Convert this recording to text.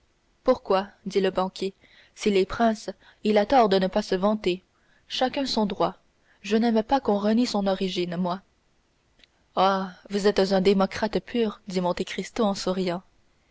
pourquoi dit le banquier s'il est prince il a tort de ne pas se vanter chacun son droit je n'aime pas qu'on renie son origine moi oh vous êtes un démocrate pur dit monte cristo en souriant